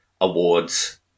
awards